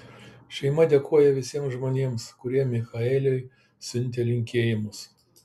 šeima dėkoja visiems žmonėms kurie michaeliui siuntė linkėjimus